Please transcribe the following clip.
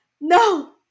No